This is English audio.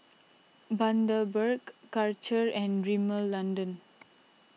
Bundaberg Karcher and Rimmel London